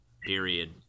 period